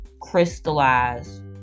crystallized